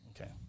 Okay